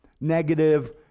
negative